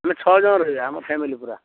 ଆମେ ଛଅ ଜଣ ରହିବା ଆମ ଫ୍ୟାମିଲି ପୁରା